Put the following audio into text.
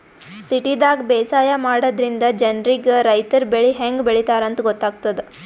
ಸಿಟಿದಾಗ್ ಬೇಸಾಯ ಮಾಡದ್ರಿನ್ದ ಜನ್ರಿಗ್ ರೈತರ್ ಬೆಳಿ ಹೆಂಗ್ ಬೆಳಿತಾರ್ ಅಂತ್ ಗೊತ್ತಾಗ್ತದ್